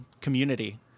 community